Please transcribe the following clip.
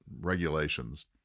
regulations